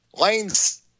Lane's